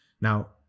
Now